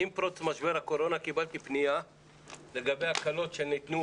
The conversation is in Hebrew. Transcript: עם פרוץ משבר הקורונה קיבלתי פניה לגבי הקלות שניתנו